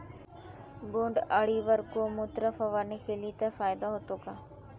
बोंडअळीवर गोमूत्र फवारणी केली तर फायदा होतो का?